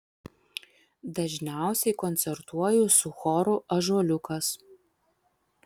dažniausiai koncertuoju su choru ąžuoliukas